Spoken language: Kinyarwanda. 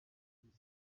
kandi